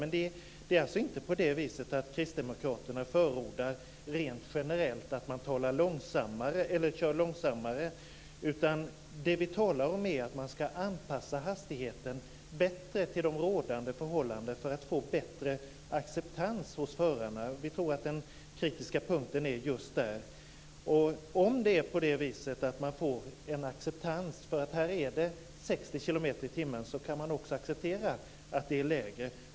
Men det är inte på det viset att Kristdemokraterna förordar rent generellt att man ska köra långsammare, utan det vi talar om är att man ska anpassa hastigheten bättre till rådande förhållanden för att få större acceptans hos förarna. Vi tror att den kritiska punkten ligger just där. Om man får en acceptans för t.ex. 60 km/tim kan man nog acceptera en lägre hastighet.